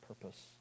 purpose